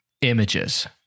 images